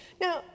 Now